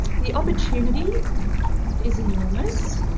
the opportunity is enormous.